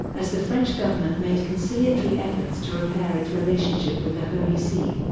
as the french government made conciliatory efforts to repair its relationship with the holy see.